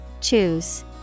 Choose